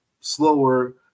slower